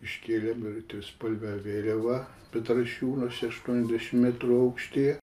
iškėlėm ir trispalvę vėliavą petrašiūnuose aštuoniasdešim metrų aukštyje